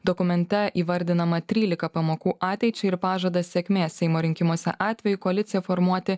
dokumente įvardinama trylika pamokų ateičiai ir pažadas sėkmės seimo rinkimuose atveju koaliciją formuoti